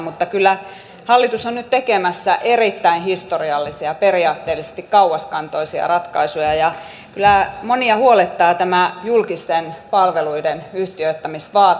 mutta kyllä hallitus on nyt tekemässä erittäin historiallisia periaatteellisesti kauaskantoisia ratkaisuja ja kyllä monia huolettaa tämä julkisten palveluiden yhtiöittämisvaatimus